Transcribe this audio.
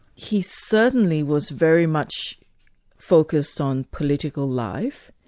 he certainly was very much focused on political life,